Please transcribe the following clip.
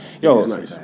yo